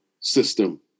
system